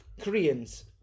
Koreans